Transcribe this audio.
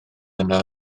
yna